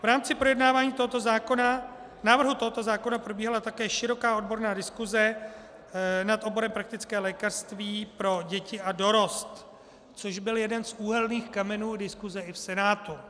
V rámci projednávání návrhu tohoto zákona probíhala také široká odborná diskuze nad oborem praktické lékařství pro děti a dorost, což byl jeden z úhelných kamenů diskuze i v Senátu.